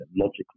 logically